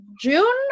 June